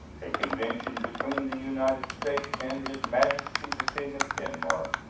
a convention between the united states and his majesty the king of denmark,